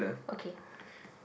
okay